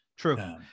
True